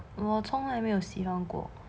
我从来没有喜欢过